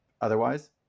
otherwise